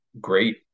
great